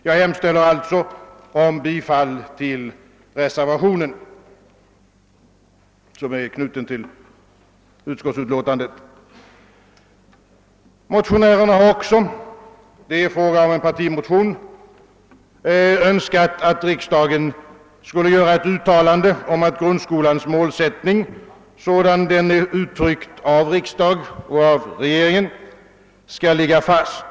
Jag hemställer alltså om bifall till reservationen' som är fogad till utskottsutlåtandet. Motionärerna har också — det är fråga om en partimotion — framfört önskemålet att riksdagen skulle göra ett uttalande om att grundskolans målsättning, sådan den har uttryckts av riksdag och regering, skall ligga fast.